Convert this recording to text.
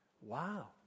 Wow